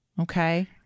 Okay